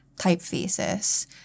typefaces